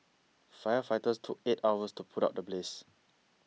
firefighters took eight hours to put out the blaze